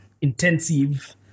intensive